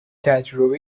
تجربه